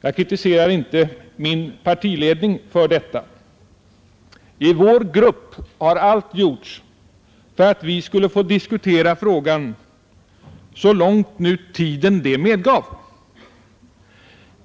Jag kritiserar inte min partiledning för detta. I vår grupp har allt gjorts för att vi skulle få diskutera frågan så långt nu tiden medgav.